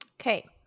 Okay